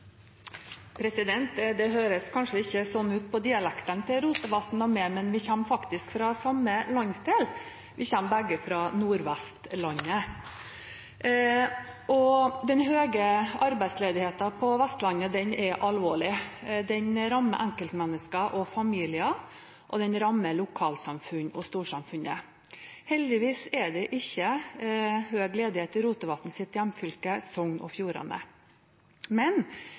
høres kanskje ikke sånn ut på dialekten til Rotevatn og meg, men vi kommer faktisk fra samme landsdel. Vi kommer begge fra Nord-Vestlandet. Den høye arbeidsledigheten på Vestlandet er alvorlig. Den rammer enkeltmennesker og familier, og den rammer lokalsamfunn og storsamfunnet. Heldigvis er det ikke høy ledighet i Rotevatn sitt hjemfylke, Sogn og Fjordane, men